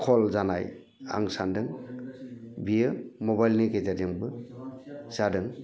खल जानाय आं सानदों बियो मबाइलनि गेजेरजोंबो जादों